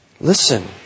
listen